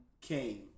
came